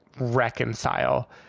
reconcile